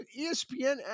ESPN